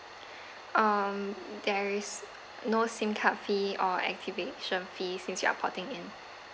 um there is no SIM card fee or activation fee since you are porting in